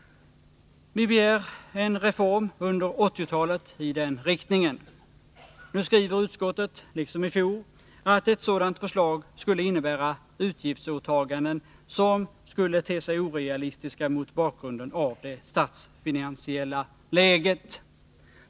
Vi begär en reform i den riktningen under 1980-talet. Nu skriver utskottet liksom i fjol att ett sådant förslag skulle innebära utgiftsåtaganden som skulle te sig orealistiska mot bakgrund av det statsfinansiella läget.